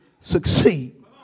succeed